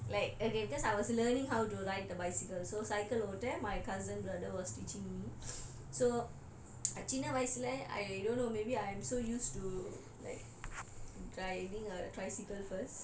like okay because I was learning how to ride the bicycle so cycle ஓட்ட:otta my cousin brother was teaching me so சின்ன வயசுல:chinna vayasula I don't know maybe I'm so used to like